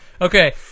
Okay